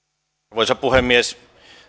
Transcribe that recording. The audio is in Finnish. arvoisa puhemies